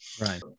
Right